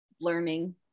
learning